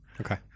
Okay